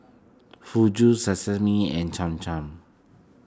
Fugu Sashimi and Cham Cham